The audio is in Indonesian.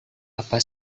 apa